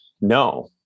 No